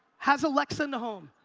has alexa in the home.